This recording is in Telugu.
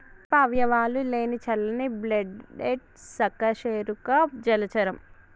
చేప అవయవాలు లేని చల్లని బ్లడెడ్ సకశేరుక జలచరం